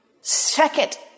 second